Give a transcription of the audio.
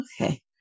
Okay